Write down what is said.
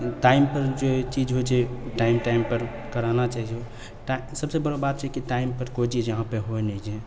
टाइमपर जे चीज होइ छै टाइम टाइमपर कराना चाहिय ताकि सबसँ बड़ो बात छियै जे टाइमपर कोइ चीज यहाँपर होइ नहि छै